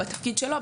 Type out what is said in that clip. בתפקיד שלו,